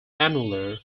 annular